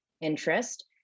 interest